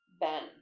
Ben